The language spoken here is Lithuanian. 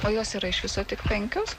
o jos yra iš viso tik penkios